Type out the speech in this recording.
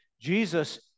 jesus